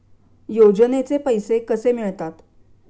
योजनेचे पैसे कसे मिळतात?